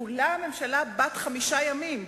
שכולה ממשלה בת חמישה ימים,